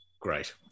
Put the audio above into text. Great